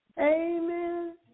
Amen